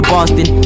Boston